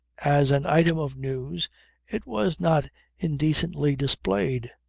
as an item of news it was not indecently displayed.